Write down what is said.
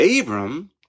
Abram